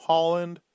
Holland